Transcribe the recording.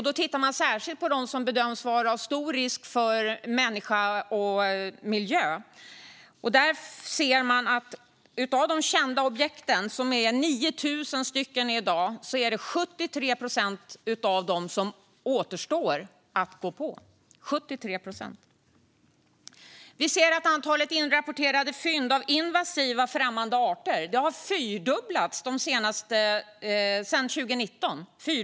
Då tittar man särskilt på dem som bedöms vara av stor risk för människa och miljö, och där ser man att det av de kända objekten - det är 9 000 i dag - är 73 procent som återstår att gå på. 73 procent! Vi ser att antalet inrapporterade fynd av invasiva främmande arter har fyrdubblats sedan 2019.